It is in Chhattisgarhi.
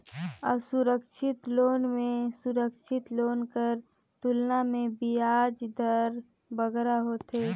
असुरक्छित लोन में सुरक्छित लोन कर तुलना में बियाज दर बगरा होथे